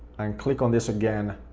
and click on this again,